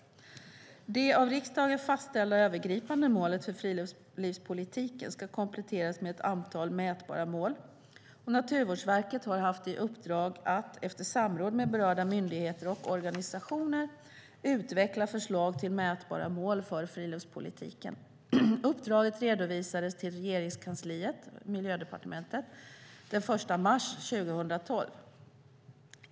Det av riksdagen fastställda övergripande målet för friluftslivspolitiken ska kompletteras med ett antal mätbara mål. Naturvårdsverket har haft i uppdrag att, efter samråd med berörda myndigheter och organisationer, utveckla förslag till mätbara mål för friluftslivspolitiken. Uppdraget redovisades till Regeringskansliet, Miljödepartementet, den 1 mars 2012.